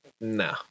no